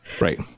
right